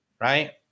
Right